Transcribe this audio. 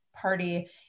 party